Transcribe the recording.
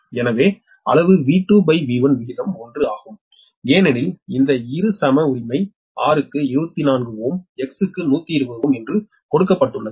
எனவே அளவு V2V1 விகிதம் 1 ஆகும் ஏனெனில் இந்த 2 சம உரிமை R க்கு 24Ω X க்கு 120Ω given வழங்கப்படுகிறது